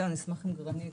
אשמח אם גרניט,